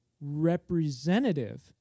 representative